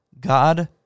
God